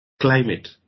climate